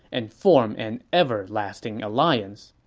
and form an everlasting alliance.